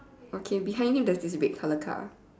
okay behind him there's this big color car